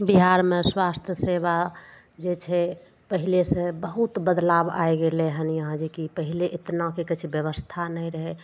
बिहारमे स्वास्थ सेवा जे छै पहिलेसँ बहुत बदलाव आइ गेलय हन यहाँ जेकी पहिले इतना कि कहय छै व्यवस्था नहि रहय